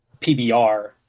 PBR